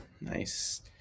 Nice